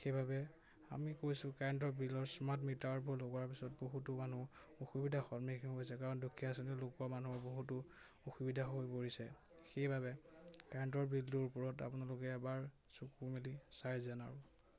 সেইবাবে আমি কৈছোঁ কাৰেণ্টৰ বিলৰ স্মাৰ্ট মিটাৰবোৰ লগোৱাৰ পিছত বহুতো মানুহ অসুবিধাৰ সন্মুখীন হৈছে কাৰণ দুখীয়া শ্ৰেণীৰ লোকৰ মানুহৰ বহুতো অসুবিধা হৈ পৰিছে সেইবাবে কাৰেণ্টৰ বিলটোৰ ওপৰত আপোনালোকে এবাৰ চকু মেলি চাই যেন আৰু